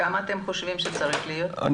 כמה אתם חושבים שצריך להיות?